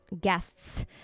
guests